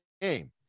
game